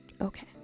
Okay